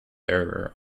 error